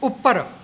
ਉੱਪਰ